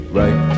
right